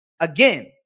again